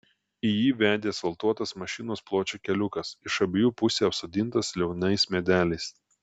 į jį vedė asfaltuotas mašinos pločio keliukas iš abiejų pusių apsodintas liaunais medeliais